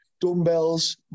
dumbbells